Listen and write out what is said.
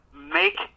make